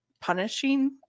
punishing